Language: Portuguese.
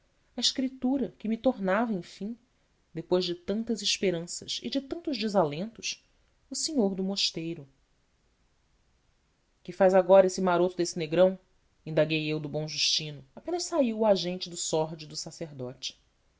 a escritura que me tomava enfim depois de tantas esperanças e de tantos desalentos o senhor do mosteiro que faz agora esse maroto desse negrão indaguei eu do bom justino apenas saiu o agente do sórdido sacerdote